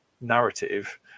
narrative